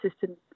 system